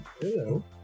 hello